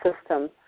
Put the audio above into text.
system